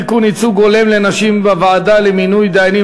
בבניין